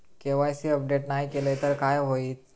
KYC update नाय केलय तर काय होईत?